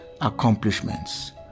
Accomplishments